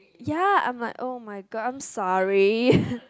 ya I am like oh my god I am sorry